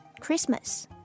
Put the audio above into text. Christmas